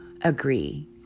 agree